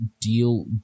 deal